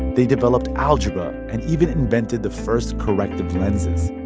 they developed algebra and even invented the first corrective lenses